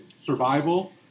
survival